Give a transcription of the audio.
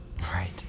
Right